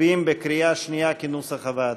מצביעים בקריאה שנייה, כנוסח הוועדה.